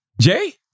Jay